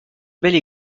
belle